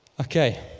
Okay